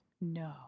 No